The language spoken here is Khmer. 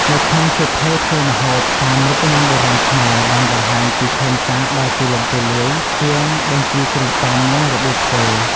នៅក្នុងសៀវភៅធ្វើម្ហូបតាមរូបមន្តបុរាណខ្មែរបានបង្ហាញពីខ្លឹមសារដ៏ទូលំទូលាយជាងបញ្ជីគ្រឿងផ្សំ និងរបៀបធ្វើ។